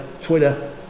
Twitter